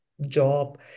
job